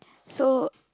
so